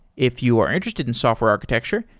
if you are interested in software architecture,